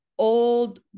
Old